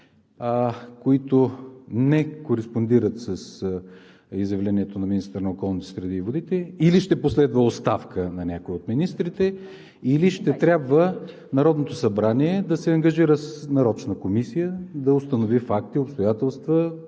които не кореспондират с изявлението на министъра на околната среда и водите, или ще последва оставка на някой от министрите, или ще трябва Народното събрание да се ангажира с нарочна комисия да установи факти, обстоятелства